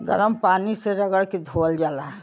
गरम पानी मे रगड़ के धोअल जाला